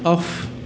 off